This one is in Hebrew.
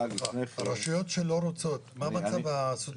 רשויות שלא רוצות, מה מצב הסוציו?